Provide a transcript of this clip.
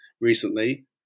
recently